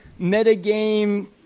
metagame